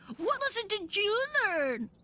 what lesson did you learn!